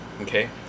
okay